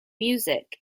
music